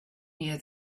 near